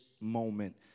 moment